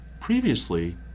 previously